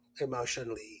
emotionally